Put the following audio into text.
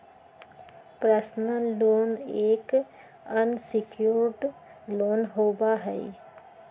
personal loan एक unsecured loan होबा हई